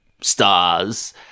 stars